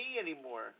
anymore